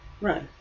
Right